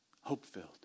Hope-filled